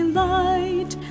light